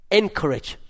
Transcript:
encourage